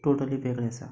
totally वेगळें आसा